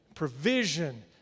provision